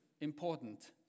important